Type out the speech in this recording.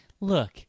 look